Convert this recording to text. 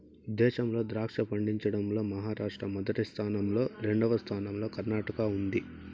దేశంలో ద్రాక్ష పండించడం లో మహారాష్ట్ర మొదటి స్థానం లో, రెండవ స్థానం లో కర్ణాటక ఉంది